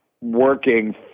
working